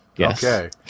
Okay